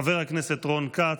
חבר הכנסת רון כץ,